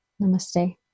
Namaste